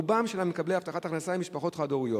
רוב מקבלי הבטחת הכנסה הם משפחות חד-הוריות.